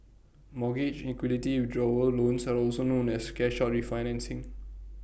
mortgage equity withdrawal loans are also known as cash out refinancing